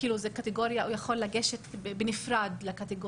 זו קטגוריה שאפשר לגשת אליה בנפרד,